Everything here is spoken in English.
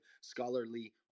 scholarly